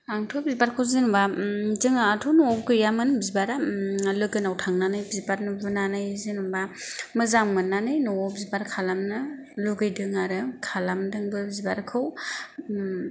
आंथ' बिबारखौ जेनेबा जोंहाथ' न'आव गैयामोन बिबारा लोगोनाव थांनानै बिबार नुबोनानै जेनेबा मोजां मोननानै न'आव बिबार खालामनो लुगैदों आरो खालामदोंबो बिबारखौ